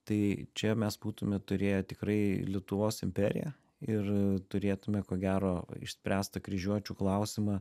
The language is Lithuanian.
tai čia mes būtume turėję tikrai lietuvos imperiją ir turėtume ko gero išspręstą kryžiuočių klausimą